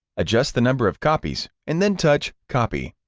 adjust the number of copies, and then touch copy.